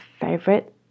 favorite